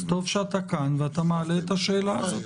אז טוב שאתה כאן ואתה מעלה את השאלה הזאת.